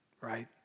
Right